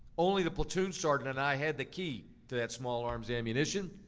only the platoon sergeant and i had the key to that small arms ammunition.